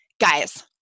guys